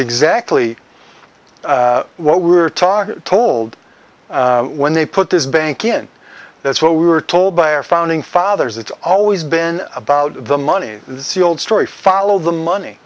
exactly what we were talking told when they put this bank in that's what we were told by our founding fathers it's always been about the money this is the old story follow the money